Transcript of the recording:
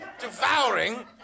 devouring